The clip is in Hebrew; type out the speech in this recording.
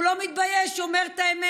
הוא לא מתבייש, הוא אומר את האמת: